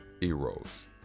Eros